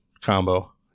combo